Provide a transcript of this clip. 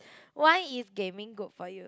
why is gaming good for you